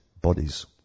bodies